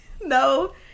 no